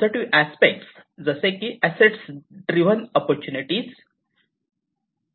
positive aspects जसे की asset driven opportunities